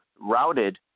routed